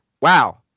wow